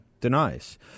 denies